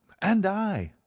and i,